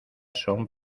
son